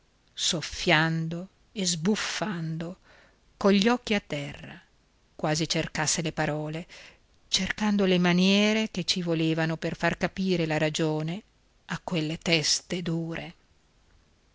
soffiando e sbuffando cogli occhi a terra quasi cercasse le parole cercando le maniere che ci volevano per far capire la ragione a quelle teste dure